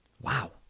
Wow